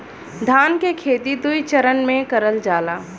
धान के खेती दुई चरन मे करल जाला